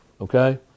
okay